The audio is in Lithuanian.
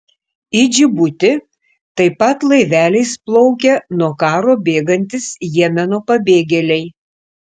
į džibutį taip pat laiveliais plaukia nuo karo bėgantys jemeno pabėgėliai